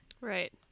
Right